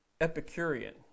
Epicurean